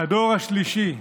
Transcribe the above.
הדור השלישי,